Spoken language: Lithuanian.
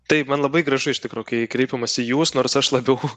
taip man labai gražu iš tikro kai kreipiamasi jūs nors aš labiau